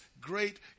great